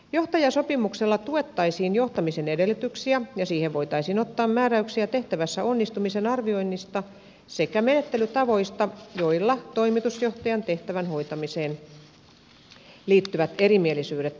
johtajasopimuksella tuettaisiin johtamisen edellytyksiä ja siihen voitaisiin ottaa määräyksiä tehtävässä onnistumisen arvioinnista sekä menettelytavoista joilla toimitusjohtajan tehtävän hoitamiseen liittyvät erimielisyydet ratkaistaan